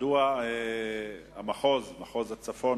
מדוע מחוז הצפון